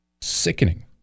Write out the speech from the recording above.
Sickening